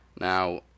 Now